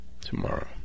tomorrow